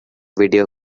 video